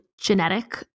genetic